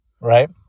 Right